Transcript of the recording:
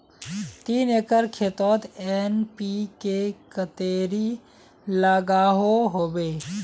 तीन एकर खेतोत एन.पी.के कतेरी लागोहो होबे?